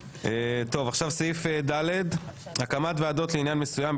עכשיו סעיף ד' הקמת ועדות לעניין מסוים,